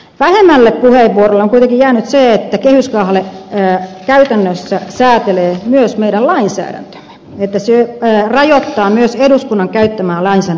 vähemmälle puheelle on kuitenkin jäänyt se että kehyskahle käytännössä säätelee myös meidän lainsäädäntöämme se myös rajoittaa eduskunnan käyttämää lainsäädäntövaltaa